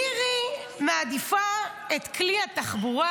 מירי מעדיפה את כלי התחבורה,